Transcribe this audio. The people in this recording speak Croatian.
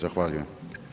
Zahvaljujem.